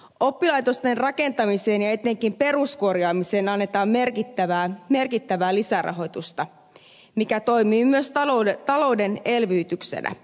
oppilaitosten rakentamiseen ja etenkin peruskorjaamiseen annetaan merkittävää lisärahoitusta mikä toimii myös talouden elvytyksenä